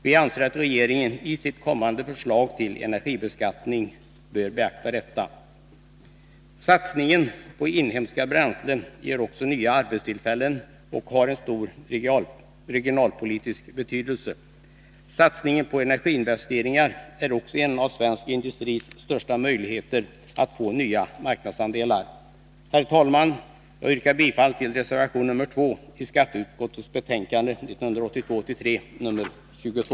Vi anser att regeringen i sitt kommande förslag till energibeskattning bör beakta detta. Satsningen på inhemska bränslen ger dessutom nya arbetstillfällen och har en stor regionalpolitisk betydelse. Satsningen på energiinvesteringar är också en av svensk industris största möjligheter att få nya marknadsandelar. Herr talman! Jag yrkar bifall till reservation nr2 i skatteutskottets betänkande 1982/83:22.